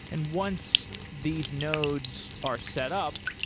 and once these nodes are set up,